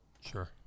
Sure